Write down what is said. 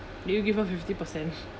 did you give her fifty percent